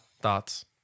thoughts